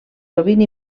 sovint